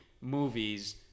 movies